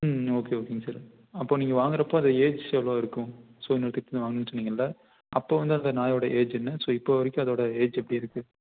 ம் ஓகே ஓகேங்க சார் அப்போ நீங்கள் வாங்குறப்போ அது ஏஜ் எவ்வளோ இருக்கும் ஸோ இன்னொருதர் கிட்டர்ந்து வாங்குனேன்னு சொன்னீங்களே அப்போ வந்து அந்த நாயோட ஏஜ் என்ன ஸோ இப்போ வரைக்கும் அதோட ஏஜ் எப்படி இருக்கு